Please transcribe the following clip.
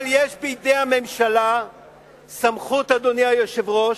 אבל יש בידי הממשלה סמכות, אדוני היושב-ראש,